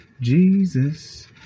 Jesus